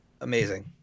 Amazing